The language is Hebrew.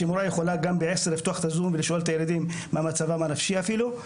שמורה יכולה גם ב-10:00 ולשאול את הילדים מה מצבם הנפשי אפילו.